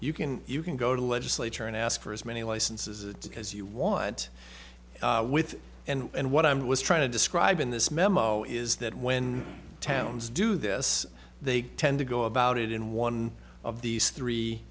you can you can go to the legislature and ask for as many licenses it's because you want with and what i was trying to describe in this memo is that when towns do this they tend to go about it in one of these three